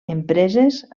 empreses